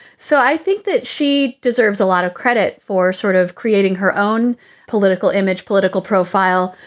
so i think that she deserves a lot of credit for sort of creating her own political image. political profile,